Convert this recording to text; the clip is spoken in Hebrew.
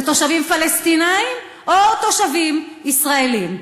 זה תושבים פלסטינים או תושבים ישראלים?